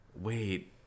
wait